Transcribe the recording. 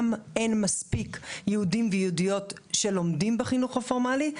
וגם אין מספיק יהודים ויהודיות שלומדים בחינוך הפורמלי,